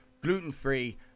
gluten-free